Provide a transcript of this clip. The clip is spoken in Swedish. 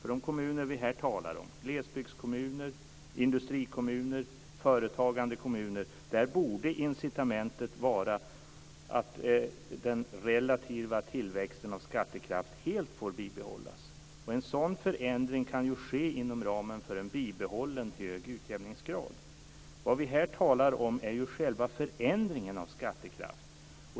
I de kommuner vi här talar om, glesbygdskommuner, industrikommuner, företagande kommuner, borde incitamentet vara att den relativa tillväxten av skattekraft helt får behållas. En sådan förändring kan ju ske inom ramen för en bibehållen hög utjämningsgrad. Det vi här talar om är själva förändringen av skattekraft.